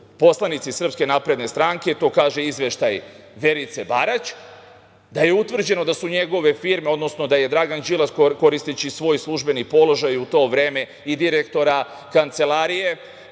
poslanici SNS, to kaže izveštaj Verice Barić. Utvrđeno je da su njegove firme, odnosno da je Dragan Đilas koristeći svoj službeni položaj u to vreme direktora Kancelarije